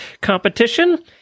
competition